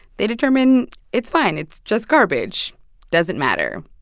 they determine it's fine. it's just garbage doesn't matter.